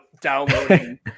downloading